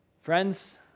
Friends